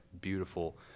beautiful